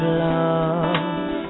love